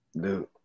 Dude